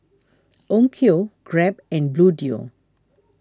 Onkyo Grab and Bluedio